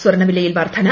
സ്വർണ്ണ വിലയിൽ വർദ്ധന